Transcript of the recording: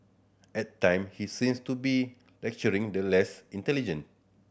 at time he seems to be lecturing the less intelligent